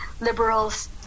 liberals